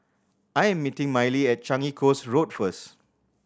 I am meeting Mylee at Changi Coast Road first